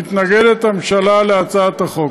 מתנגדת הממשלה להצעת החוק.